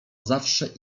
zawsze